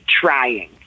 trying